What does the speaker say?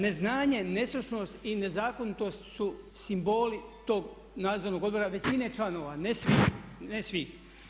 Neznanje, nestručnost i nezakonitost su simboli tog Nadzornog odbora, većine članova, ne svih.